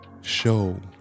show